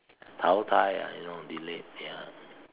how tie ya you know delete ya